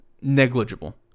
Negligible